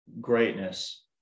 greatness